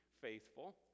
faithful